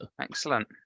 Excellent